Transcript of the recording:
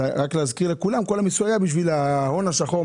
להזכיר לכולם שכל המיסוי היה בגלל ההון השחור,